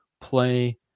play